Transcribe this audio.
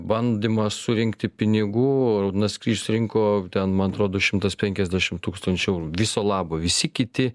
bandymas surinkti pinigų raudonasis kryžius surinko ten man atrodo šimtas penkiasdešimt tūkstančių eurų viso labo visi kiti